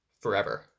forever